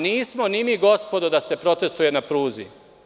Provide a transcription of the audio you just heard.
Nismo ni mi da se protestuje na pruzi.